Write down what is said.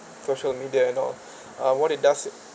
social media you know uh what it does